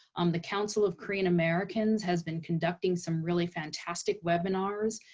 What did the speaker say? um the council of korean-americans has been conducting some really fantastic webinars,